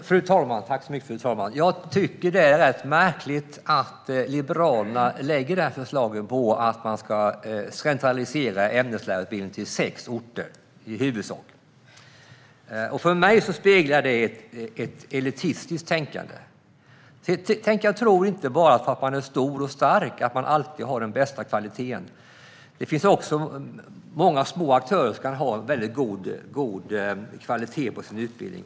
Fru talman! Jag tycker att det är rätt märkligt att Liberalerna lägger fram förslaget om att man ska centralisera ämneslärarutbildningen till i huvudsak sex orter. För mig speglar det ett elitistiskt tänkande. Tänk, jag tror inte att man alltid har den bästa kvaliteten bara för att man är stor och stark! Det finns många små aktörer som också kan ha en god kvalitet på sin utbildning.